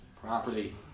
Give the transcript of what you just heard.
property